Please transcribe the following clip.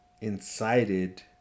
incited